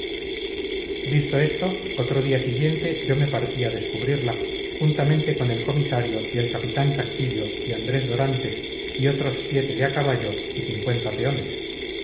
visto esto otro día siguiente yo me partí a descubrirla juntamente con el comisario y el capitán castillo y andrés dorantes y otros siete de caballo y cincuenta peones